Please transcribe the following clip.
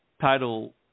title